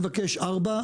אני מבקש ארבע,